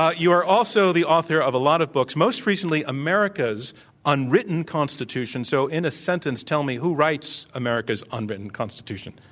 ah you are also the author of a lot of books. most recently, america's unwritten constitution. so, in a sentence, tell me who writes america's unwritten c